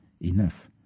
enough